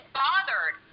bothered